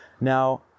Now